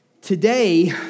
Today